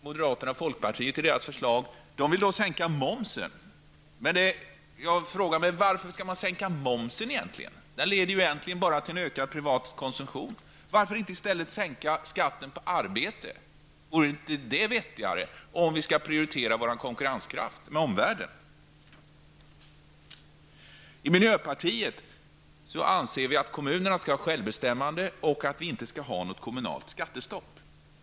Moderaterna och folkpartiet vill sänka momsen. Jag frågar mig varför man skall sänka momsen. Den leder egentligen bara till en ökad privat konsumtion. Varför inte i stället sänka skatten på arbete. Vore inte det vettigare, om vi skall prioritera vår konkurrenskraft gentemot omvärlden? I miljöpartiet anser vi att kommunerna skall vara självbestämmande och att vi inte skall ha något kommunalt skattestopp.